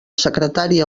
secretària